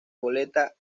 goleta